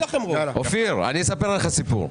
אופיר, אספר לך סיפור.